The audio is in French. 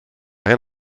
rien